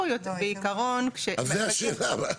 אז זו השאלה.